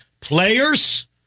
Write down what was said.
players